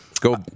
Go